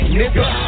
nigga